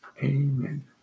Amen